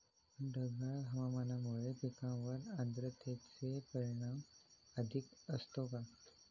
ढगाळ हवामानामुळे पिकांवर आर्द्रतेचे परिणाम अधिक असतो का?